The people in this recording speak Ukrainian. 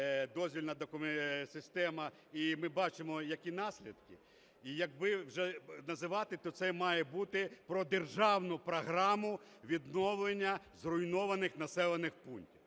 дозвільна система, і ми бачимо, які наслідки. І якби вже називати, то це має бути: про Державну програму відновлення зруйнованих населених пунктів.